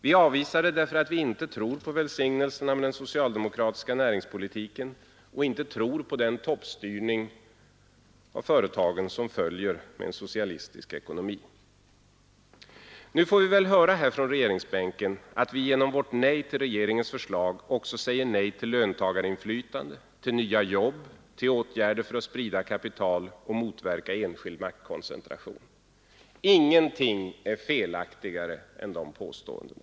Vi avvisar det därför att vi inte tror på välsignelserna med den socialdemokratiska näringspolitiken och inte tror på den toppstyrning som följer med en socialistisk ekonomi. Nu får vi väl höra från regeringsbänken att vi genom vårt nej till regeringens förslag också säger nej till löntagarinflytande, till nya jobb, till åtgärder för att sprida kapital och motverka enskild maktkoncentration. Ingenting är felaktigare än de påståendena.